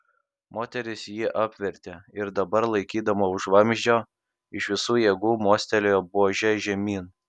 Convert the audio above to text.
moteris jį apvertė ir dabar laikydama už vamzdžio iš visų jėgų mostelėjo buože žemyn